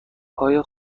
های